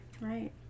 Right